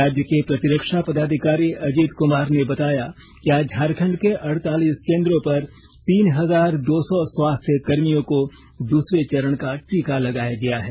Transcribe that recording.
राज्य के प्रतिरक्षा पदाधिकारी अजीत कुमार ने बताया कि आज झारखंड के अड़तालीस केंद्रों पर तीन हजार दो सौ स्वास्थ्य कर्मियों को दूसरे चरण का टीका लगाया गया है